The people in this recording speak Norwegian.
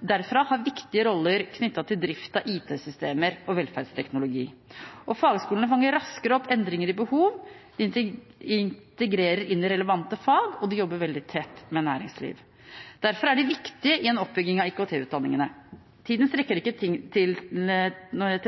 derfra har viktige roller knyttet til drift av IT-systemer og velferdsteknologi. Fagskolene fanger raskere opp endringer i behov, de integrerer innen relevante fag, og de jobber veldig tett med næringslivet. Derfor er de viktige i en oppbygging av IKT-utdanningene. Tiden strekker ikke til til